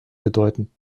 bedeuten